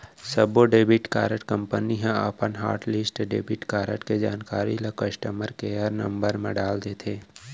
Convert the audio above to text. सब्बो debit card company ह अपन हॉटलिस्ट डेबिट कारड के जानकारी ल कस्टमर केयर नंबर म डाल देथे